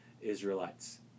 Israelites